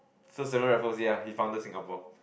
so Stanford Raffles ya he founded Singapore